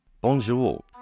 Bonjour